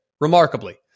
Remarkably